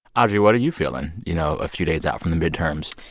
audrey, what are you feeling, you know, a few days out from the midterms?